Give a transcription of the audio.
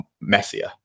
messier